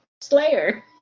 Slayer